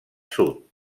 sud